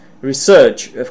research